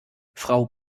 frau